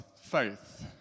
faith